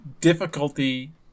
difficulty